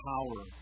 power